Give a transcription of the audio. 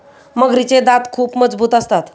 मगरीचे दात खूप मजबूत असतात